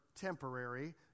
temporary